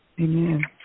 Amen